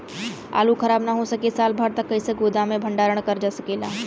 आलू खराब न हो सके साल भर तक कइसे गोदाम मे भण्डारण कर जा सकेला?